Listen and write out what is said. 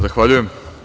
Zahvaljujem.